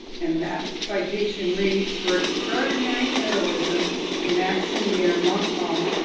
and that citation reads, for extraordinary heroism in action near mont blanc,